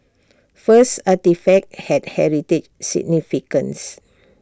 first artefacts had heritage significance